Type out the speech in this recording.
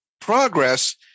progress